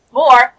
...more